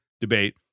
debate